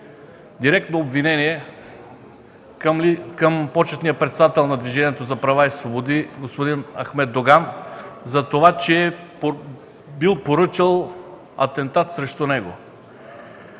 директно обвинение към почетния председател на Движението за права и свободи господин Ахмед Доган за това, че бил поръчал атентат срещу него.